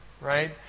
right